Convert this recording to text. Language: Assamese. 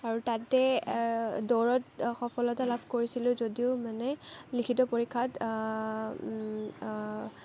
আৰু তাতে দৌৰত সফলতা লাভ কৰিছিলো যদিও মানে লিখিত পৰীক্ষাত